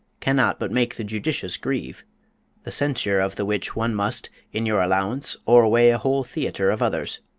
cannot but make the judicious grieve the censure of the which one must, in your allowance, o'erweigh a whole theater of others.